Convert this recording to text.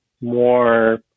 more